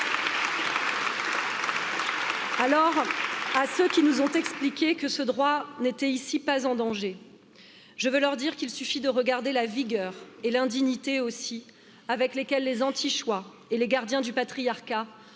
Alors à ceux qui nous ont expliqué que ce droit n'était ici pas en danger, je veux leur dire qu'il suffit de regarder la vigueur et l'indignité aussi, avec lesquels les anti choix et les gardiens du Patriarcat